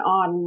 on